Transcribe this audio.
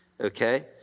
Okay